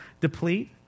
deplete